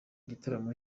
gitaramo